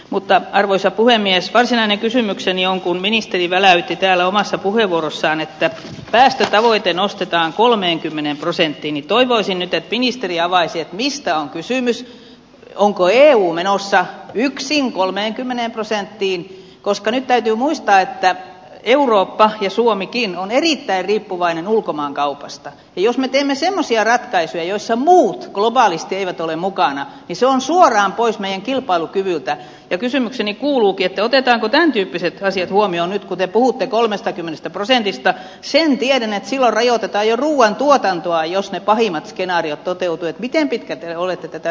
mutta arvoisa puhemies varsinainen kysymyksenion kun ministeri väläytti täällä omassa puheenvuorossaan että päästötavoite nostetaan kolmenkymmenen prosenttiin ja toivoisin että ministeri avaisi mistä on kysymys onko eu menossa yksin kolmenkymmenen prosenttiin koska ne täytyy muistaa että eurooppa ja suomikin on erittäin riippuvainen ulkomaankaupasta jos me teemme semmoisia ratkaisuja joissa kulut globaalisti eivät ole mukana se on suoraan pois niin kilpailukyvyltään kysymykseni kuuluukin otetaanko tämäntyyppiset asiat huomioon kuten puuta kolmestakymmenestä prosentista sinitiainen etsivän rajoiteta ja ruuan tuotantoa jos ne pahimmat skenaariot toteutuvat miten pitkä olette tätä